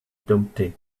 dumpty